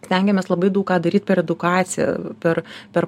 stengiamės labai daug ką daryt per edukaciją per per